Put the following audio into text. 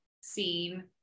seen